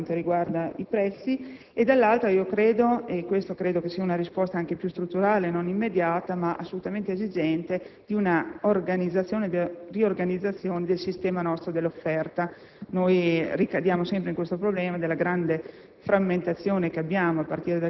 del settore per quanto riguarda i prezzi, e dall'altra, ritengo che questa sia una risposta più strutturale e non immediata, ma assolutamente esigente, di una riorganizzazione del nostro sistema dell'offerta. Ricadiamo sempre nel problema della grande